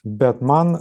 bet man